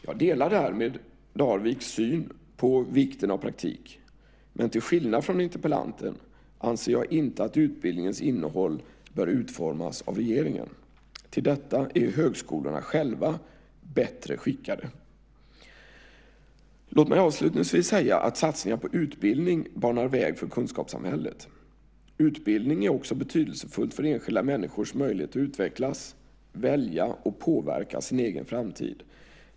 Jag delar därmed Darviks syn på vikten av praktik, men till skillnad från interpellanten anser jag inte att utbildningens innehåll bör utformas av regeringen. Till detta är högskolorna själva bättre skickade. Låt mig avslutningsvis säga att satsningar på utbildning banar väg för kunskapssamhället. Utbildning är också betydelsefullt för enskilda människors möjlighet att utvecklas, välja och påverka sin egen framtid.